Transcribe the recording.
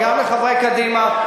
וגם לחברי קדימה,